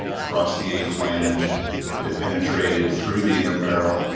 across the a-flange, it had penetrated through the inner barrel,